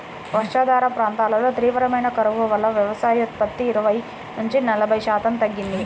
వర్షాధార ప్రాంతాల్లో తీవ్రమైన కరువు వల్ల వ్యవసాయోత్పత్తి ఇరవై నుంచి నలభై శాతం తగ్గింది